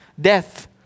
Death